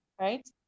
right